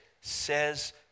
says